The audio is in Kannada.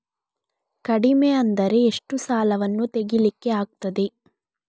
ಕಡಿಮೆ ಅಂದರೆ ಎಷ್ಟು ಸಾಲವನ್ನು ತೆಗಿಲಿಕ್ಕೆ ಆಗ್ತದೆ?